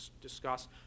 discuss